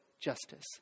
justice